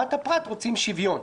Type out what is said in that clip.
ברמת הפרט רוצים שוויון.